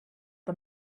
the